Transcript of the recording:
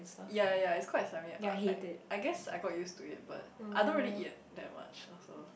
ya ya it's quite slimy but I I guess I got used to it but I don't really eat that much also